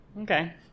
Okay